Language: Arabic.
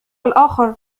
الآخر